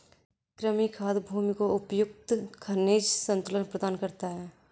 कृमि खाद भूमि को उपयुक्त खनिज संतुलन प्रदान करता है